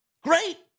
Great